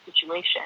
situation